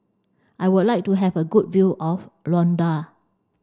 I would like to have a good view of Luanda